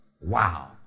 Wow